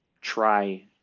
Try